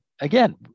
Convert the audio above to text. again